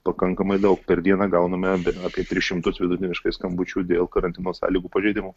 pakankamai daug per dieną gauname apie tris šimtus vidutiniškai skambučių dėl karantino sąlygų pažeidimų